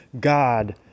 God